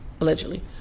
allegedly